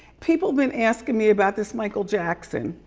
people been asking me about this michael jackson.